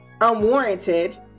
unwarranted